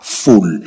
full